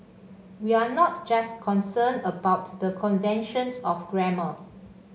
we're not just concerned about the conventions of grammar